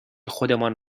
خودمان